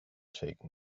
shaken